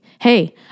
Hey